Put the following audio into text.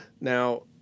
Now